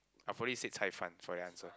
I would probably say 菜贩 for that answer